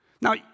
Now